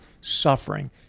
suffering